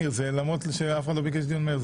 למרות שאף אחד לא ביקש דיון מהיר,